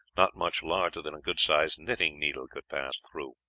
not much larger than a good sized knitting needle could pass through.